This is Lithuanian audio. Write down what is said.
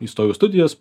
įstojau į studijas